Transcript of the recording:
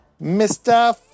Mr